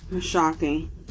shocking